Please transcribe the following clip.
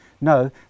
No